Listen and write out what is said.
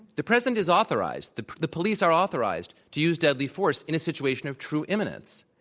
the president is authorized. the the police are authorized to use deadly force in a situation of true imminence.